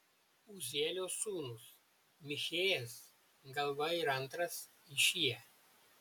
uzielio sūnūs michėjas galva ir antras išija